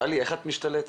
טלי, איך את משתלטת?